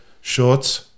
shorts